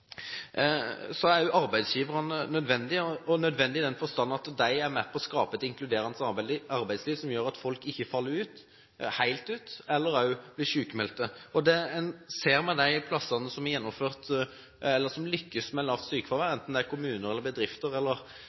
Så er arbeidsgiverne nødvendige – nødvendige i den forstand at de er med på å skape et inkluderende arbeidsliv som gjør at folk ikke faller helt ut eller blir sykmeldte. Det en ser på de plassene som lykkes med lavt sykefravær – enten det er kommuner eller bedrifter eller